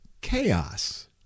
chaos